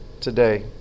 today